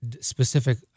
specific